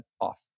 off